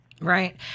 Right